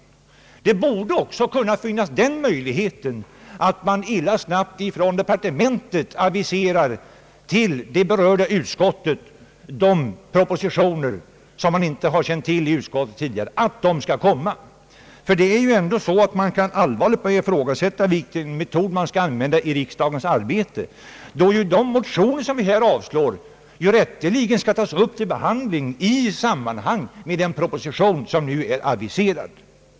Den möjligheten borde också kunna finnas att man illa snabbt från ett departement till det berörda utskottet aviserar propositioner som man tänker lägga i riksdagen men som vederbörande utskott inte har kännedom om. Man kan allvarligt börja ifrågasätta vilken metod som skall användas i riksdagens arbete. De motioner som vi här avslår skall ju rätteligen tagas upp till behandling samtidigt med den proposition som nu är aviserad.